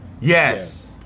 yes